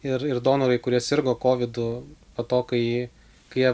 ir ir donorai kurie sirgo kovidu po to kai kai jie